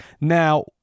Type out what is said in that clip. Now